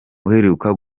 uheruka